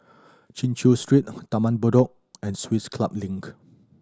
Chin Chew Street Taman Bedok and Swiss Club Link